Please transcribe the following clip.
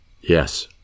Yes